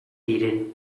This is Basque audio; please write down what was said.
diren